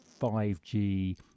5G